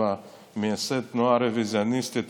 של מייסד התנועה הרוויזיוניסטית,